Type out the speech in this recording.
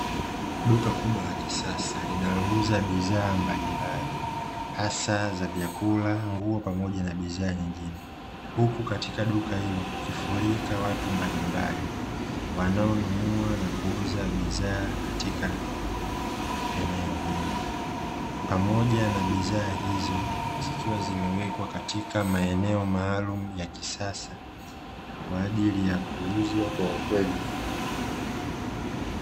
Duka kubwa la kisasa linalouza bidhaa mbalimbali hasa za vyakula, nguo, pamoja na bidhaa nyingine, huku katika duka hilo kukifurika watu mbalimbali wanaonunua na kuuza bidhaa katika eneo hilo pamoja na bidhaa hizo zikiwa zimewekwa katika maeneo maalum ya kisasa kwa ajili ya kuuzwa kwa mateja.